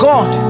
God